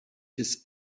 his